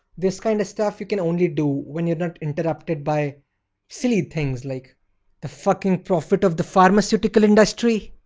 this kind of stuff you can only do when you're not interrupted by silly things like the fucking profit of the pharmaceutical industry.